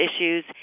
issues